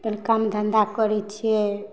पहिले काम धन्धा करै छिए